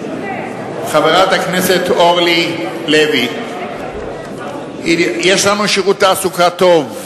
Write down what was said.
חברת הכנסת אורלי לוי, יש לנו שירות תעסוקה טוב,